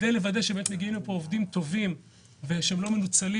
כל זה כדי לוודא שמגיעים לפה עובדים טובים ושהם לא מנוצלים